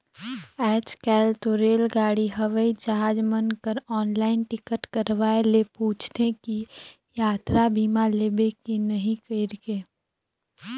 आयज कायल तो रेलगाड़ी हवई जहाज मन कर आनलाईन टिकट करवाये ले पूंछते कि यातरा बीमा लेबे की नही कइरके